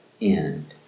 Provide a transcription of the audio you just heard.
end